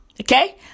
Okay